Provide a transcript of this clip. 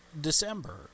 December